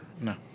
No